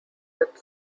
but